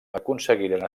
aconseguiren